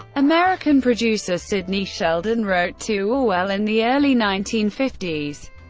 american producer sidney sheldon wrote to orwell in the early nineteen fifty s,